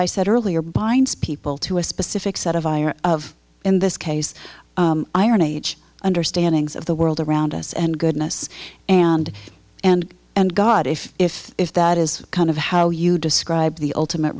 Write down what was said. i said earlier binds people to a specific set of fire of in this case iron age understandings of the world around us and goodness and and and god if if if that is kind of how you describe the ultimate